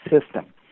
system